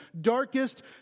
darkest